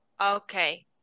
Okay